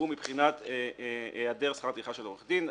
הוא מבחינת היעדר שכר טרחה של עורך דין.